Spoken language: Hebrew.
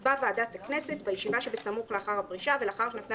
תקבע ועדת הכנסת בישיבה שסמוך לאחר הפרישה ולאחר שניתנה